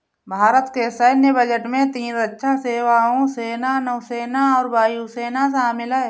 भारत के सैन्य बजट में तीन रक्षा सेवाओं, सेना, नौसेना और वायु सेना शामिल है